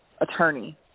attorney